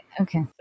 okay